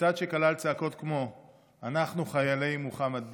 מצעד שכלל צעקות כמו "אנחנו חיילי מוחמד דף",